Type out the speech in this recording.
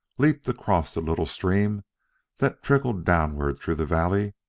leaped across the little stream that trickled downward through the valley,